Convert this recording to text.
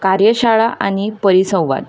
कार्यशाळा आनी परिसंवाद